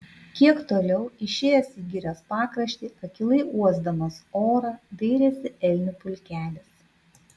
kiek toliau išėjęs į girios pakraštį akylai uosdamas orą dairėsi elnių pulkelis